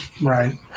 right